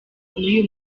nuyu